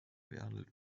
behandelt